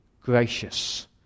gracious